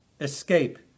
Escape